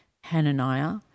Hananiah